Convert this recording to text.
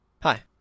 Hi